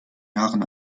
jahren